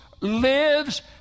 lives